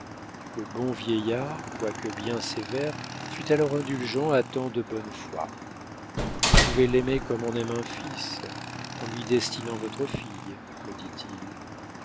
le bon vieillard quoique bien sévère fut alors indulgent à tant de bonne foi vous pouvez l'aimer comme on aime un fils en lui destinant votre fille me dit-il